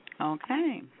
Okay